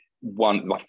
one